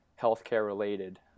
healthcare-related